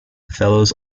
fellows